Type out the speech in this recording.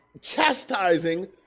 chastising